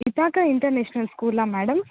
Visakha international స్కూలా madam